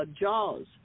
Jaws